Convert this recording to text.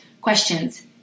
questions